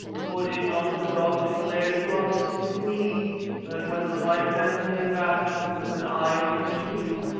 for did not the god declare to us through me that when the white men came back with an iron tube,